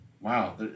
Wow